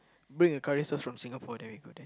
bring a curry sauce from Singapore then we go there